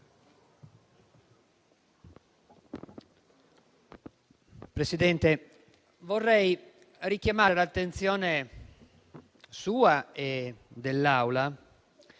Presidente, vorrei richiamare l'attenzione sua e dell'Assemblea